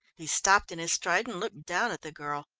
he stopped in his stride and looked down at the girl.